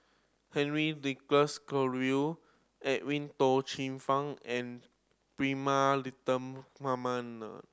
Henry Nicholas Edwin Tong Chun Fai and Prema Letchumanan